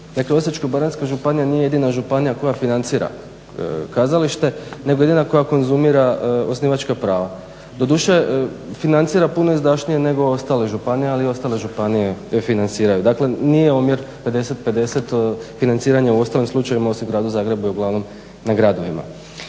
dakle Osječko-baranjska županija nije jedina županija koja financira kazalište nego jedina koja konzumira osnivačka prava. Doduše financira puno izdašnije nego ostale županije ali i ostale županije financiraju. Dakle nije omjer 50:50 financiranja u ostalim slučajevima osim u gradu Zagrebu i uglavnom na gradovima.